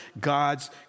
God's